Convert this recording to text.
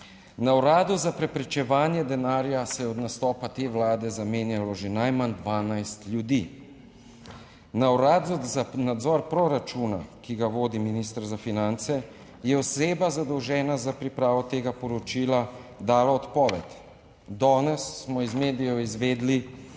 Na Uradu za preprečevanje denarja se je od nastopa te vlade zamenjalo že najmanj 12 ljudi. Na Uradu za nadzor proračuna, ki ga vodi minister za finance, je oseba zadolžena za pripravo tega poročila dala odpoved. Danes smo iz medijev izvedeli,